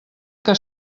que